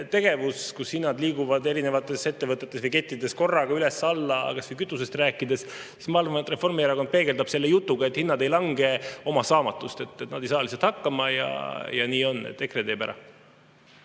tegevus, kus hinnad liiguvad erinevates ettevõtetes või [kaubandus]kettides korraga üles või alla, kas või kütusest rääkides, siis ma arvan, et Reformierakond peegeldab selle jutuga, et hinnad ei lange, oma saamatust. Nad ei saa lihtsalt hakkama. Ja nii on, et EKRE teeb ära.